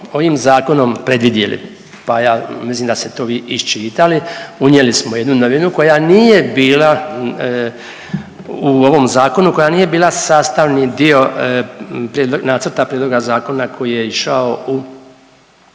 ovim zakonom predvidjeli, pa ja mislim da ste to vi iščitali unijeli smo jednu novinu koja nije bila u ovom zakonu, koja nije bila sastavni dio Nacrta prijedloga zakona koji je išao u